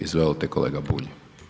Izvolite kolega Bulj.